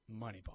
Moneyball